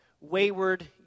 wayward